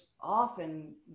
often